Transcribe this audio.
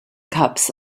cups